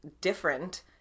different